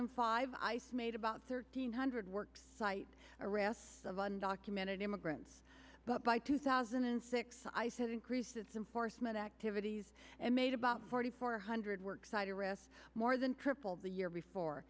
and five i see made about thirteen hundred works site arrests of undocumented immigrants but by two thousand and six ice had increased its in force men activities and made about forty four hundred work site arrests more than tripled the year before